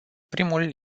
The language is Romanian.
primul